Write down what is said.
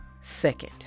second